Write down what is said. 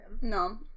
No